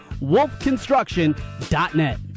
wolfconstruction.net